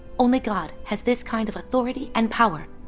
only god has this kind of authority and power.